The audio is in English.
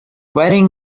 wedding